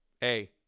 hey